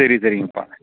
சரி சரிங்கப்பா